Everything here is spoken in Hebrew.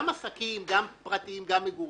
גם עסקים פרטיים וגם מגורים.